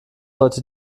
heute